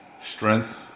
strength